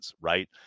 right